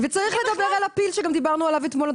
צריך לדבר על הפיל שגם דיברנו עליו אתמול.